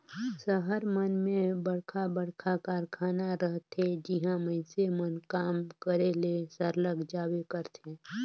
सहर मन में बड़खा बड़खा कारखाना रहथे जिहां मइनसे मन काम करे ले सरलग जाबे करथे